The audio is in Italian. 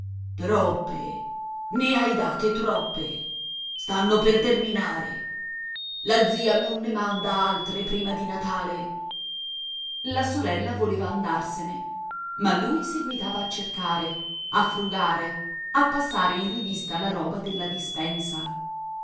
troppe ne hai date troppe stanno per terminare la zia non ne manda altre prima di natale la sorella voleva andarsene ma lui seguitava a cercare a frugare a passare in rivista la roba della dispensa